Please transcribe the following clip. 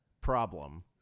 problem